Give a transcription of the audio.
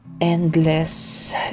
endless